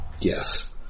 Yes